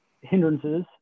hindrances